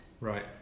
Right